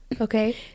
okay